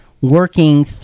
working